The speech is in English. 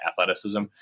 athleticism